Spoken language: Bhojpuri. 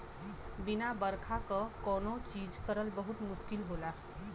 बिना बरखा क कौनो चीज करल बहुत मुस्किल होला